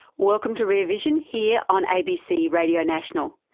welcome to rear vision here on abc radio national,